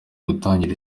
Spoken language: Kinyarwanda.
gutangira